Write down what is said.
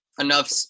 enough